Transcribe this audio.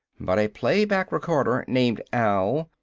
but a play-back recorder named al,